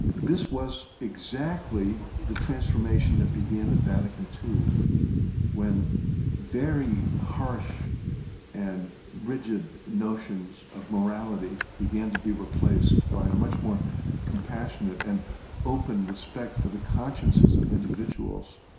this was exactly the transformation that began at vatican ii when very harsh and rigid notions of morality began to be replaced by a much more compassionate and open respect for the consciences of individuals,